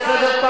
המס העקיף,